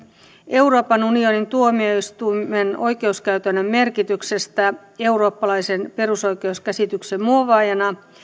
euroopan unionin tuomioistuimen oikeuskäytännön merkityksestä eurooppalaisen perusoikeuskäsityksen muovaajana